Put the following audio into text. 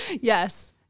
yes